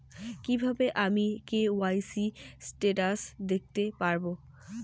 কিভাবে আমি KYC status দেখতে পারবো?